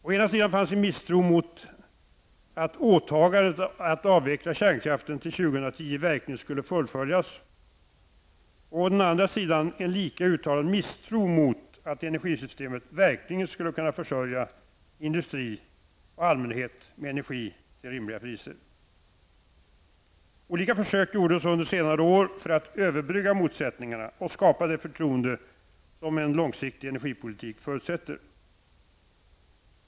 Å ena sidan fanns misstron mot att åtagandet att avveckla kärnkraften till 2010 verkligen skulle fullföljas. Å den andra sidan fanns det en lika uttalad misstro mot att energisystemet verkligen skulle kunna försörja industri och allmänhet med energi till rimliga priser. Olika försök gjordes under senare år för att överbrygga motsättningarna och skapa det förtroende som en långsiktig energipolitik förutsätter.